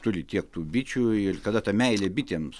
turit tiek tų bičių ir kada ta meilė bitėms